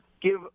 give